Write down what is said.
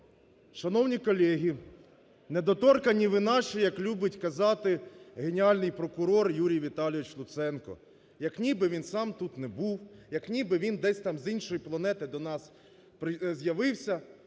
Шановні колеги! "Недоторканні ви наші", як любить казати геніальний прокурор Юрій Віталійович Луценко, як ніби він сам тут не був, як ніби він десь там з іншої планети до нас з'явився: